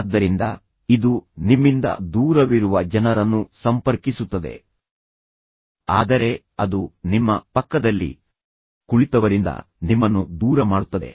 ಆದ್ದರಿಂದ ಇದು ನಿಮ್ಮಿಂದ ದೂರವಿರುವ ಜನರನ್ನು ಸಂಪರ್ಕಿಸುತ್ತದೆ ಆದರೆ ಅದು ನಿಮ್ಮ ಪಕ್ಕದಲ್ಲಿ ಕುಳಿತವರಿಂದ ನಿಮ್ಮನ್ನು ದೂರ ಮಾಡುತ್ತದೆ